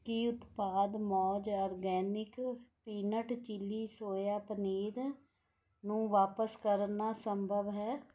ਕੀ ਉਤਪਾਦ ਮੌਜ organic peanut chilli soya paneer ਨੂੰ ਵਾਪਸ ਕਰਨਾ ਸੰਭਵ ਹੈ